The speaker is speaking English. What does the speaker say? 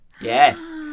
Yes